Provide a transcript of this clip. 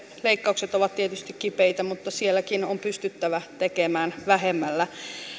leikkaukset ovat tietysti kipeitä mutta sielläkin on pystyttävä tekemään vähemmällä